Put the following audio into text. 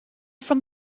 from